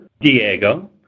Diego